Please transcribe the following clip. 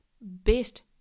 best